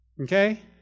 Okay